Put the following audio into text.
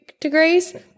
degrees